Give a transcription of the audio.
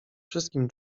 wszystkim